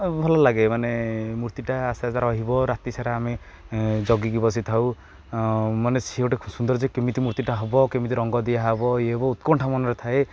ଭଲଲାଗେ ମାନେ ମୂର୍ତ୍ତିଟା ଆସ୍ତେ ଆସ୍ତେ ରହିବ ରାତିସାରା ଆମେ ଜଗିକି ବସିଥାଉ ମାନେ ସିଏ ଗୋଟେ ଖୁବ ସୁନ୍ଦର ଯେ କେମିତି ମୂର୍ତ୍ତିଟା ହବ କେମିତି ରଙ୍ଗ ଦିଆହବ ଇଏ ହବ ଉତ୍କଣ୍ଠା ମନରେ ଥାଏ